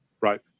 Right